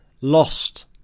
lost